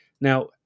now